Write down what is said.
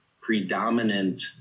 predominant